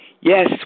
yes